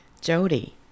Jody